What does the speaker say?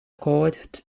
court